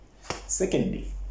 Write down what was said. Secondly